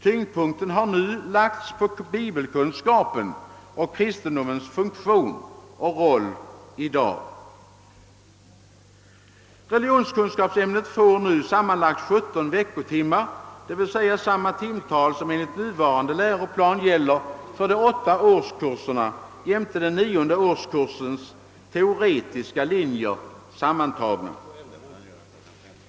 Tyngdpunkten har nu lagts på bibelkunskapen och på kristendomens funktion och roll i dag. Religionskunskapsämnet får nu sammanlagt 17 veckotimmar, d. v. s. samma timtal som enligt nuvarande läroplan anslås för de åtta första årskurserna jämte den nionde årskursens teoretiska linjer.